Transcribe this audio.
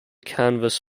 canvas